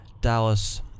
Dallas